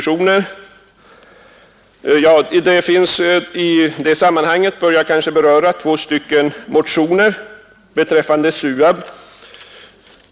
I detta sammanhang bör jag kanske beröra två motioner beträffande SUAB.